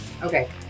Okay